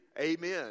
Amen